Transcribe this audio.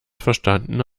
verstandene